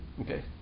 Okay